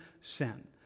sin